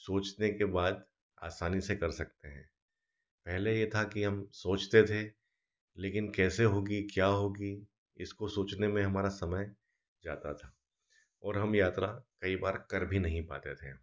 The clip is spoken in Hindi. सोचने के बाद आसानी से कर सकते हैं पहले यह था कि हम सोचते थे लेकिन कैसे होगी क्या होगी इसको सोचने में हमारा समय जाता था और हम यात्रा कई बार कर भी नहीं पाते थे